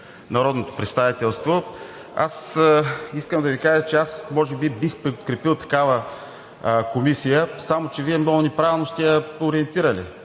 народното представителство, аз искам да Ви кажа, че аз може би бих подкрепил такава комисия, само че Вие много неправилно сте я ориентирали